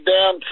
down